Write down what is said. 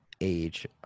age